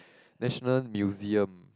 National Museum